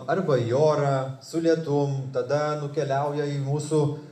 arba į orą su lietum tada nukeliauja į mūsų